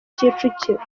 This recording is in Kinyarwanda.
kicukiro